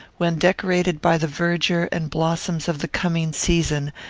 when decorated by the verdure and blossoms of the coming season,